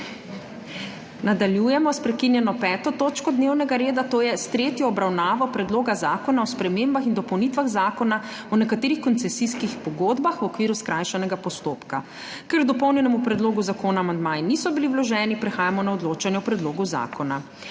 Nadaljujemo sprekinjeno 5. točko dnevnega reda, to je s tretjo obravnava Predloga zakona o spremembah in dopolnitvah Zakona o nekaterih koncesijskih pogodbah v okviru skrajšanega postopka. Ker k dopolnjenemu predlogu zakona amandmaji niso bili vloženi, prehajamo na odločanje o predlogu zakona.